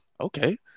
okay